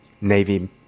Navy